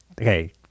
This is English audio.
Okay